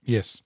Yes